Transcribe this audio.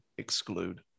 exclude